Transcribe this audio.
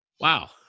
Wow